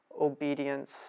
obedience